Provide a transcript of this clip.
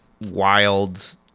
wild